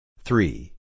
Three